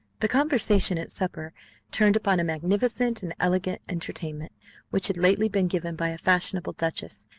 the conversation at supper turned upon a magnificent and elegant entertainment which had lately been given by a fashionable duchess,